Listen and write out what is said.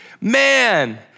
Man